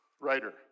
writer